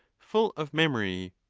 full of memory,